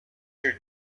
your